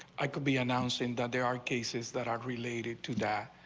i could be announcing that there are cases that are related to die.